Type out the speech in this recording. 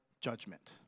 judgment